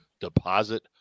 deposit